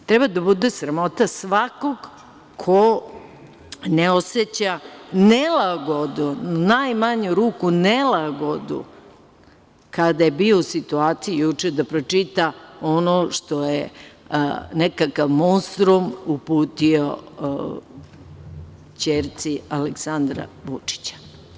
Treba da bude sramota svakog ko ne oseća nelagodu, u najmanju ruku nelagodu, kada je bio u situaciji juče da pročita ono što je nekakav monstrum uputio ćerci Aleksandra Vučića.